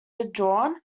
withdrawn